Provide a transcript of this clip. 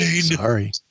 Sorry